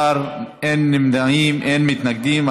בעד, 12, אין נמנעים, אין מתנגדים.